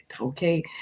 Okay